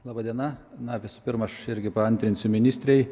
laba diena na visų pirma aš irgi paantrinsiu ministrei